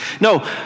No